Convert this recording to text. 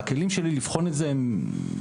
הכלים שלי לבחון את זה הם מעטים.